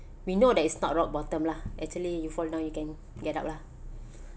we know that it's not rock bottom lah actually you fall down you can get up lah